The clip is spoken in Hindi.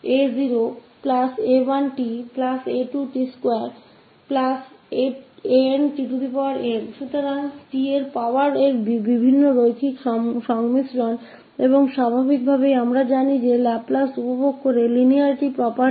𝑎0 𝑎1𝑡 𝑎2𝑡2 ⋯ 𝑎𝑛𝑡𝑛 तो यह सिर्फ विभिन्न powers का एक linear combination है 𝑡 और स्वाभाविक रूप से हम जानते हैं कि लाप्लास linearity property प्राप्त है